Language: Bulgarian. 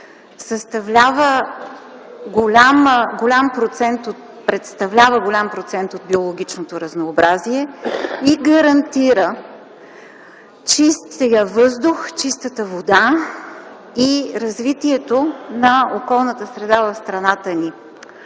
представлява голям процент от биологичното разнообразие и гарантира чистия въздух, чистата вода и развитието на околната среда в страната ни.